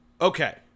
Okay